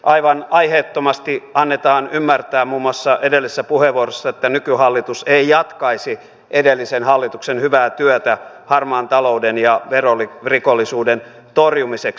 aivan aiheettomasti annetaan ymmärtää muun muassa edellisessä puheenvuorossa että nykyhallitus ei jatkaisi edellisen hallituksen hyvää työtä harmaan talouden ja verorikollisuuden torjumiseksi